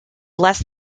less